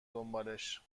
دنبالش